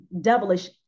devilish